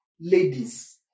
ladies